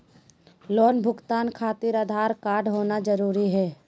Loan भुगतान खातिर Aadhaar card होना जरूरी है?